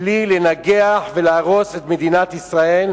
ככלי לנגח ולהרוס את מדינת ישראל,